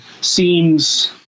seems